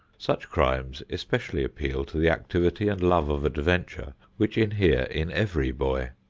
such crimes especially appeal to the activity and love of adventure which inhere in every boy.